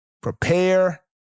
Prepare